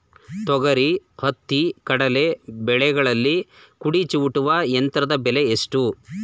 ತೊಗರಿ, ಹತ್ತಿ, ಕಡಲೆ ಬೆಳೆಗಳಲ್ಲಿ ಕುಡಿ ಚೂಟುವ ಯಂತ್ರದ ಬೆಲೆ ಎಷ್ಟು?